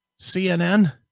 CNN